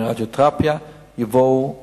ברדיותרפיה יבואו